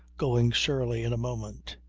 going surly in a moment.